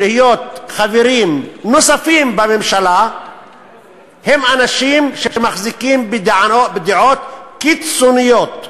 להיות חברים נוספים בממשלה הם אנשים שמחזיקים בדעות קיצוניות,